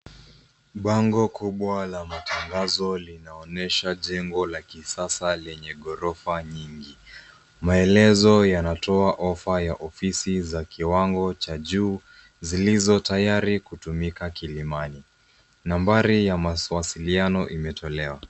Bango kubwa la matangazo linaonyesha jengo la kisasa lenye ghorofa nyingi. Maelezo yanatoa ofa ya ofizi za kiwango cha juu zilizo tayari kutumika kilimani. Nambari ya mawasiiano imetolewa.